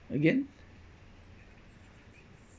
again